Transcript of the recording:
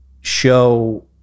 show